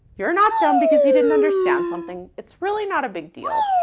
you're not dumb because you didn't understand something. it's really not a big deal.